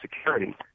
security